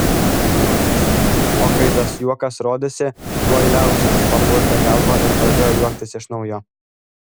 juokėsi o kai tas juokas rodėsi tuoj liausis papurtė galvą ir pradėjo juoktis iš naujo